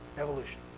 Evolution